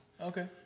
Okay